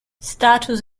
status